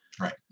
Right